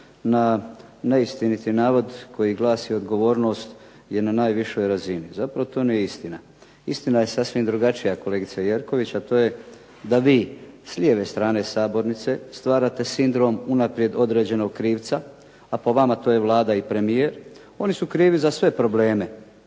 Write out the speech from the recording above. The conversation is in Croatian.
na neistiniti navod koji glasi, odgovornost je na najvišoj razini. Zapravo to je neistina. Istina je sasvim drugačija kolegice Jerković a to je da vi s lijeve strane sabornice stvarate sindrom unaprijed određenog krivca, a po vama to je Vlada i premijer, oni su krvi za sve probleme